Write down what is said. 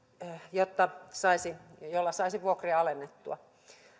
jotta saisi vuokria alennettua